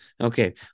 Okay